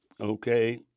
okay